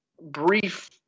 brief